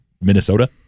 Minnesota